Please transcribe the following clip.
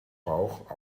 rauch